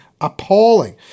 appalling